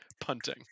punting